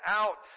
out